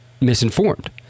misinformed